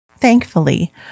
Thankfully